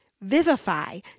Vivify